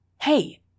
Hey